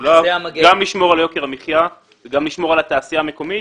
משולב גם לשמור על יוקר המחייה וגם לשמור על התעשייה המקומית